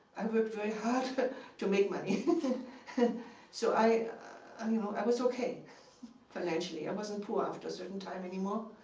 i worked very hard but to make money. so i um you know i was okay financially. i wasn't poor after a certain time any more